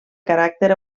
caràcter